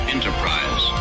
Enterprise